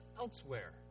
elsewhere